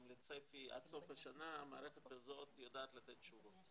לצפי עד סוף השנה המערכת הזאת יודעת לתת תשובות.